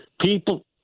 people